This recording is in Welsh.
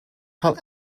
cael